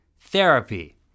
Therapy